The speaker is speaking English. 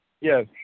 Yes